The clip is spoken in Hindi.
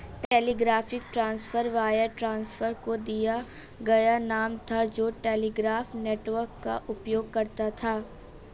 टेलीग्राफिक ट्रांसफर वायर ट्रांसफर को दिया गया नाम था जो टेलीग्राफ नेटवर्क का उपयोग करता था